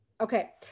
Okay